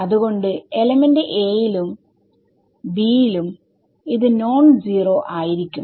അത്കൊണ്ട് element a യിലും b യിലും ഇത് നോൺ സീറോ ആയിരിക്കും